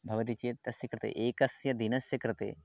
भवति चेत् तस्य कृते एकस्य दिनस्य कृते